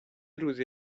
روزی